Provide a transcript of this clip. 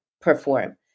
perform